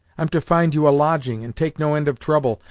i'm to find you a lodging, and take no end of trouble,